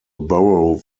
borough